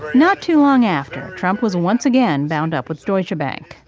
not too long after, trump was once again bound up with deutsche bank.